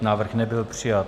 Návrh nebyl přijat.